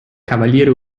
cavaliere